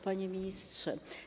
Panie Ministrze!